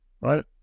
right